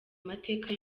amateka